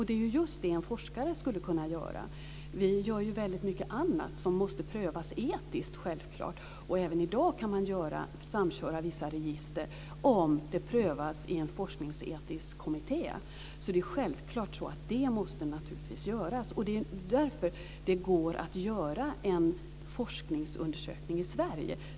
Det är just det en forskare skulle kunna ta sig an. Vi gör väldigt mycket annat som måste prövas etiskt, självklart. Även i dag kan man samköra vissa register om det prövas i en forskningsetisk kommitté. Det är självklart att det måste göras. Det är därför det går att göra en forskningsundersökning i Sverige.